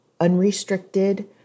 unrestricted